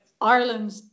Ireland